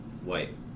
white